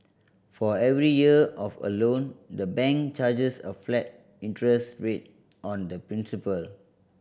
for every year of a loan the bank charges a flat interest rate on the principal